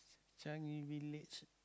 Changi Village